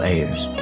Ayers